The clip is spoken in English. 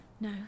No